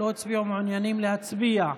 תודה לך.